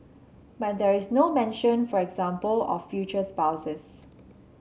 but there is no mention for example of future spouses